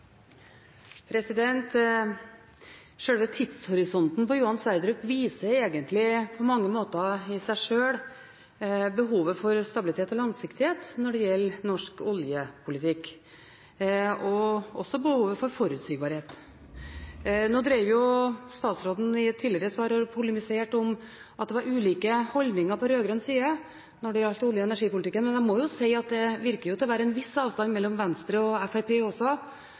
tidshorisonten for Johan Sverdrup viser egentlig på mange måter i seg sjøl behovet for stabilitet og langsiktighet og også behovet for forutsigbarhet når det gjelder norsk oljepolitikk. Nå drev statsråden i et tidligere svar her og polemiserte om at det var ulike holdninger på rød-grønn side når det gjaldt olje- og energipolitikken. Men jeg må jo si at det virker å være en viss avstand mellom Venstre og Fremskrittspartiet også